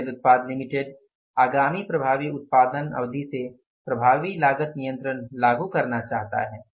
Excel उत्पाद limited आगामी प्रभावी उत्पादन अवधि से प्रभावी लागत नियंत्रण लागू करना चाहता है